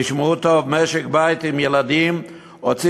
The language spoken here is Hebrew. תשמעו טוב: משק בית עם ילדים הוציא